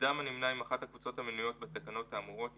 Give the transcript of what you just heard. אדם הנמנה עם אחת הקבוצות המנויות בתקנות מערכה האמורות,